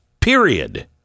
period